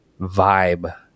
vibe